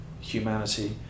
humanity